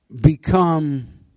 become